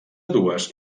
dues